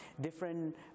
different